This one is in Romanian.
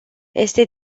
este